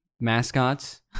mascots